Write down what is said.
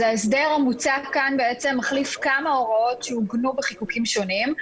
ההסדר המוצע כאן מחליף כמה הוראות שעוגנו בחיקוקים שונים,